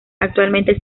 actualmente